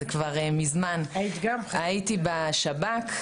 הייתי בשב"כ,